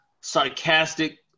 sarcastic